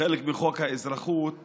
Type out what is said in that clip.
חלק מחוק האזרחות